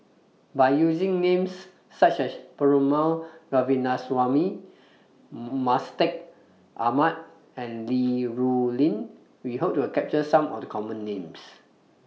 By using Names such as Perumal Govindaswamy Mustaq Ahmad and Li Rulin We Hope to capture Some of The Common Names